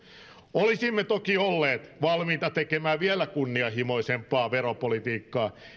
olisimme toki olleet valmiita tekemään vielä kunnianhimoisempaa veropolitiikkaa